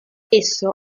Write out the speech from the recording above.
esso